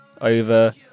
over